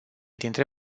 dintre